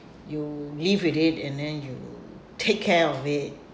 you live with it and then you take care of it